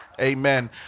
Amen